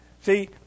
See